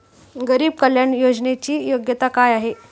गरीब कल्याण योजनेची योग्यता काय आहे?